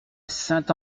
saint